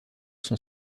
son